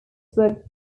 work